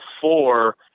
four